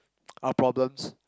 our problems